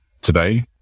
today